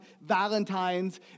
Valentine's